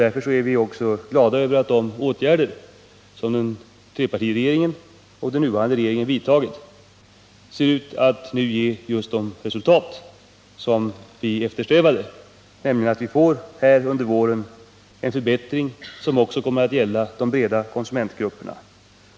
Därför är vi glada över att de åtgärder som trepartiregeringen och den nuvarande regeringen vidtagit ser ut att ge just de resultat som vi eftersträvat, nämligen att vi under våren får en förbättring som också kommer att gälla de breda konsumentgrupperna.